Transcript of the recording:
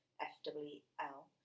F-W-L